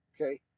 okay